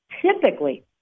typically